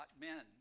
men